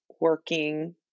working